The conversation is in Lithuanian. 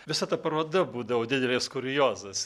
visa ta paroda būdavo didelis kuriozas